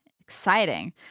Exciting